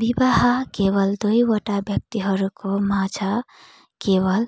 विवाह केवल दुईवटा व्यक्तिहरूको माझ केवल